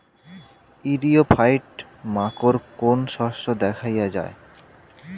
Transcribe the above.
ইরিও ফাইট মাকোর কোন শস্য দেখাইয়া যায়?